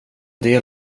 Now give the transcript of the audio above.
del